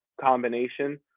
combination